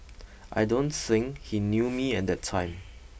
I don't think he knew me at that time